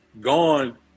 gone